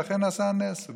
ואכן נעשה נס,